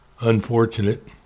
unfortunate